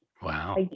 Wow